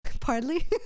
Partly